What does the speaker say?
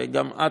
וגם את,